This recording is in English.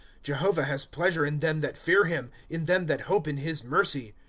jehovah has pleasure in them that fear him, in them that hope in his mercy.